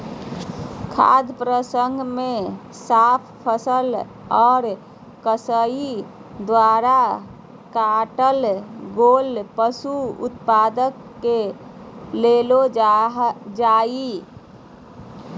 खाद्य प्रसंस्करण मे साफ फसल आर कसाई द्वारा काटल गेल पशु उत्पाद के लेल जा हई